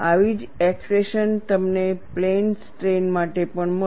આવી જ એક્સપ્રેશન તમને પ્લેન સ્ટ્રેઇન માટે પણ મળશે